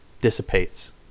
dissipates